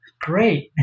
great